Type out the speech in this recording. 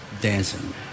dancing